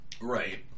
Right